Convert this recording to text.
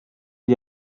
gli